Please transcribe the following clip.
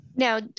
Now